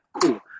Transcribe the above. Cool